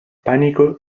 pánico